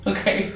Okay